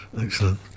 excellent